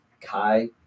Kai